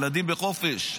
ילדים בחופש.